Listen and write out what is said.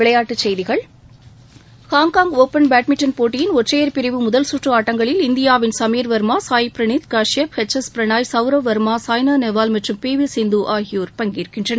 விளையாட்டுச் செய்திகள் Hong Kong open badminton போட்டியின் ஒற்றையர் பிரிவு முதல்கற்று ஆட்டங்களில் இந்தியாவின் சமீர்வர்மா சாய்பிரணீத் கஷ்யப் எச் எஸ் பிரணாய் சவுரவ் வர்மா சாய்னா நேவால் மற்றும் பி வி சிந்து ஆகியோர் பங்கேற்கின்றனர்